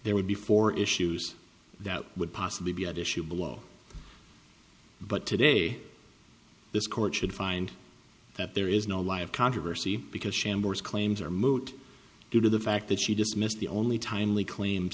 there would be four issues that would possibly be at issue below but today this court should find that there is no live controversy because shambles claims are moot due to the fact that she dismissed the only timely claim